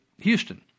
Houston